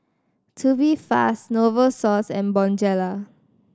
Tubifast Novosource and Bonjela